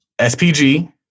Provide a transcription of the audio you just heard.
SPG